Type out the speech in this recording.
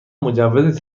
مجوز